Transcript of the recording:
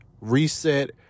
reset